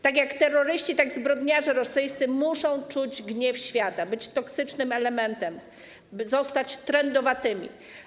Tak jak terroryści, tak zbrodniarze rosyjscy muszą czuć gniew świata, być toksycznym elementem, zostać trędowatymi.